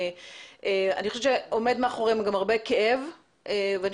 אני חושבת שעומד מאחוריהם גם הרבה כאב ואני